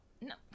No